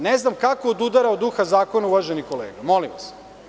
Ne znam kako odudara od duha zakona, uvaženi kolega, molim vas.